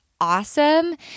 awesome